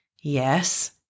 Yes